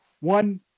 one